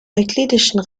euklidischen